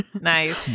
Nice